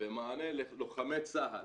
במענה ללוחמי צה"ל,